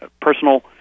personal